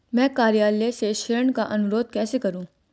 मैं कार्यालय से ऋण का अनुरोध कैसे करूँ?